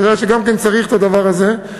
אתה יודע שגם צריך את הדבר הזה.